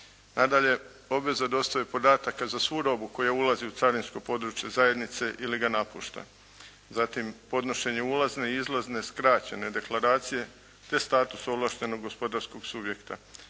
Nadalje, obveza dostave podataka za svu robu koja ulazi u carinsko područje zajednice ili ga napušta. Zatim, podnošenje ulazne i izlazne skraćene deklaracije te status ovlaštenog gospodarskog subjekta.